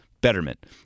Betterment